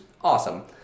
awesome